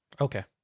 Okay